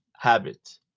Habit